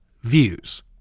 views